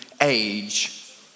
age